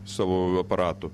savo aparatu